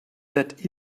that